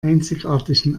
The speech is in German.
einzigartigen